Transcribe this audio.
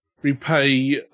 Repay